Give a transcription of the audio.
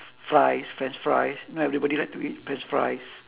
fries french fries you know everybody like to eat french fries